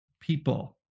people